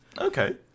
Okay